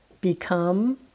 become